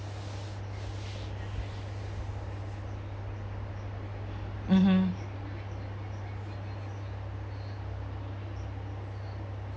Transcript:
mmhmm